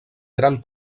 gran